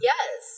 Yes